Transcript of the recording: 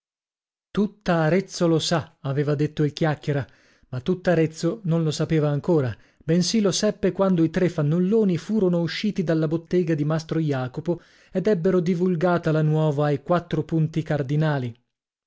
tutta arezzo lo sa aveva detto il chiacchiera ma tutta arezzo non lo sapeva ancora bensì lo seppe quando i tre fannulloni furono usciti dalla bottega di mastro jacopo ed ebbero divulgata la nuova ai quattro punti cardinali